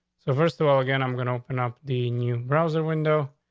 so, first of all again, i'm gonna open up the new browser window.